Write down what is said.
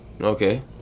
Okay